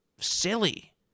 silly